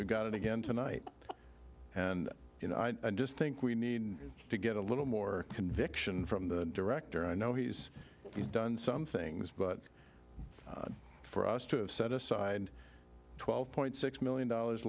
we got it again tonight and you know i just think we need to get a little more conviction from the director i know he's he's done some things but for us to set aside and twelve point six million dollars